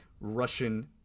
Russian